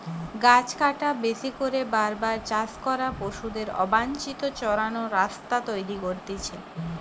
গাছ কাটা, বেশি করে বার বার চাষ করা, পশুদের অবাঞ্চিত চরান রাস্তা তৈরী করতিছে